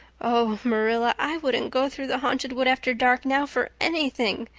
oh, marilla, i wouldn't go through the haunted wood after dark now for anything.